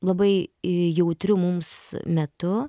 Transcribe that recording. labai jautriu mums metu